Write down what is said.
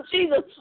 Jesus